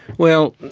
well,